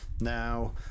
now